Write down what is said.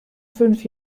fünf